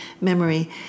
memory